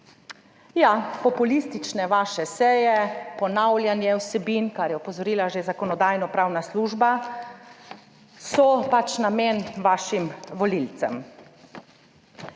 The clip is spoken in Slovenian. Ja, populistične vaše seje, ponavljanje vsebin, kar je opozorila že Zakonodajno-pravna služba, so pač namen vašim volivcem.